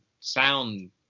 sound